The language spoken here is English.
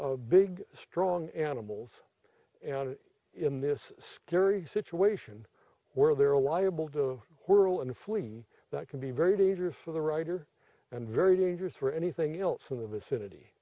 are big strong animals and in this scary situation where they're liable to worland flee that can be very dangerous for the writer and very dangerous for anything else in the vicinity